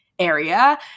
Area